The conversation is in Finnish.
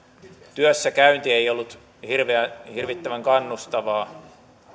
työssäkäynti ei ollut hirvittävän hirvittävän kannustavaa